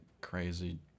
crazy